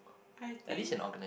I think